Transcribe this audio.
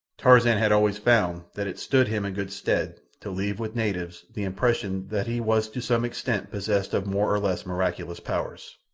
tarzan had always found that it stood him in good stead to leave with natives the impression that he was to some extent possessed of more or less miraculous powers.